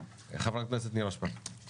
חברת הכנסת נירה שפק, בבקשה.